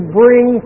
bring